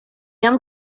jam